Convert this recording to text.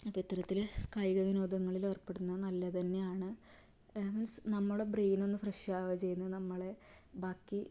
അപ്പം അത്തരത്തിൽ കായികവിനോദങ്ങളിൽ ഏർപ്പെടുന്നത് നല്ലത് തന്നെയാണ് മീൻസ് നമ്മളെ ബ്രെയിൻ ഒന്ന് ഫ്രഷ് ആകുകയാ ചെയ്യുന്നത് നമ്മളെ ബാക്കി